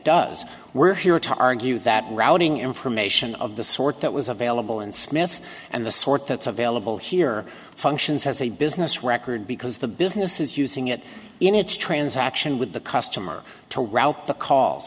does we're here to argue that routing information of the sort that was available in smith and the sort that's available here functions has a business record because the business is using it in its transaction with the customer to route the call